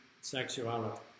sexuality